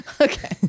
Okay